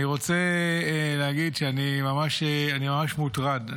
אני רוצה להגיד שאני ממש מוטרד.